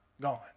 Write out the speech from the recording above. gone